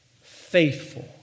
faithful